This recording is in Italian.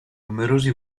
numerosi